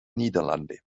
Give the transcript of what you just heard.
niederlande